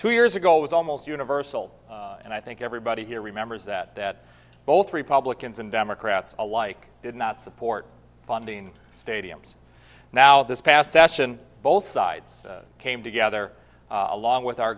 two years ago was almost universal and i think everybody here remembers that that both republicans and democrats alike did not support funding stadiums now this past sachin both sides came together along with our